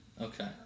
Okay